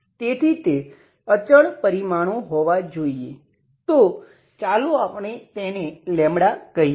તેથી તે અચળ પરિમાણો હોવાં જોઈએ તો ચાલો આપણે તેને કહીએ